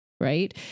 right